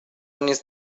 نیست